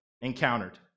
encountered